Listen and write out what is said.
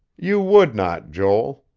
you would not, joel.